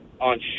on